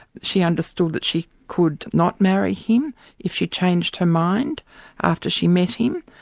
she understand that she could not marry him if she changed her mind after she met him,